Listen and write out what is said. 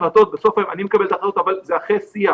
בסוף היום אני מקבל את ההחלטות אבל זה אחרי שיח